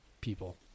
people